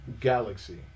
galaxy